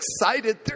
excited